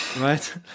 right